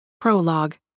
Prologue